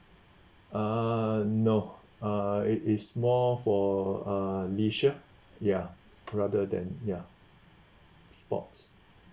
uh no uh it is more for a leisure ya rather than ya sports